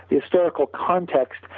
historical context,